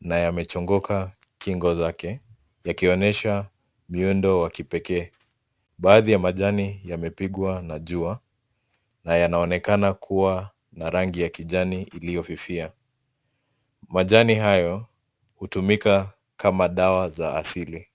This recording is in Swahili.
na yamechongoka kingo zake, yakionyesha muundo wake wa kipekee. Baadhi ya majani yamepigwa na jua na yanaonekana kuwa na rangi ya kijani iliyofifia. Majani hayo hutumika kama dawa za asili.